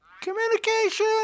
Communication